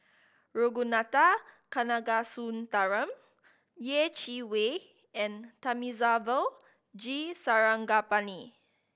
Ragunathar Kanagasuntheram Yeh Chi Wei and Thamizhavel G Sarangapani